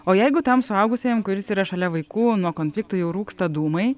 o jeigu tam suaugusiajam kuris yra šalia vaikų nuo konfliktų jau rūksta dūmai